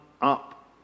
up